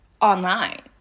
online